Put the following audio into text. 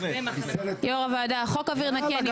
יושב ראש הוועדה, חוק אוויר נקי אני אפרגן.